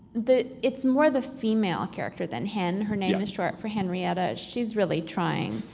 that it's more the female character then, hen, her name is short for henrietta. she's really trying.